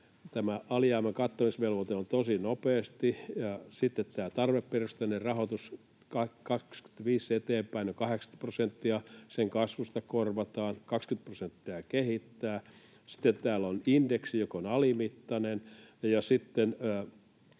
alijäämän kattamisvelvoite tosi nopeasti, ja sitten tämä tarveperusteinen rahoitus vuodesta 25 eteenpäin on 80 prosenttia, sen kasvusta korvataan, 20 prosenttia pitää kehittää. Sitten täällä on indeksi, joka on alimittainen,